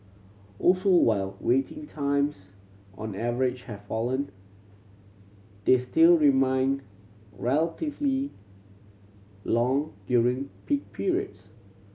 also while waiting times on average have fallen they still remain relatively long during peak periods